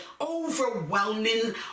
overwhelming